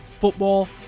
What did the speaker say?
football